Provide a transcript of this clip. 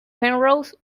penrose